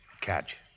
Catch